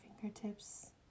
fingertips